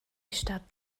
stadt